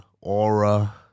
aura